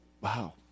Wow